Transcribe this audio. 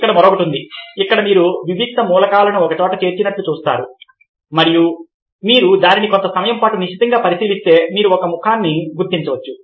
ఇక్కడ మరొకటి ఉంది ఇక్కడ మీరు వివిక్త మూలకాలను ఒకచోట చేర్చినట్లు చూస్తారు మరియు మీరు దానిని కొంత సమయం పాటు నిశితంగా పరిశీలిస్తే మీరు ఒక ముఖాన్ని గుర్తించవచ్చు